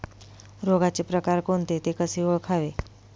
रोगाचे प्रकार कोणते? ते कसे ओळखावे?